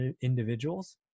individuals